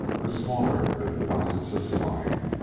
the smaller the deposit of slime.